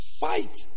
fight